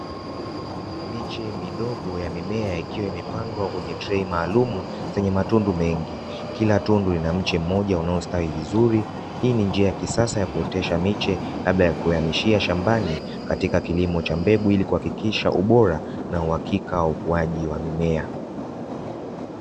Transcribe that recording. Miche midogo ya mimea ikiwa imepandwa kwenye trei maalumu zenye matundu mengi, kila tundu moja lina mche mmoja unaostawi vizuri, hii ni njia ya kisasa ya kuotesha miche kabla ya kuihamishia shambani, katika kilimo cha mbegu ili kuhakikisha ubora na ukuaji wa mbegu za mimea.